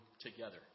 together